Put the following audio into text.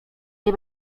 nie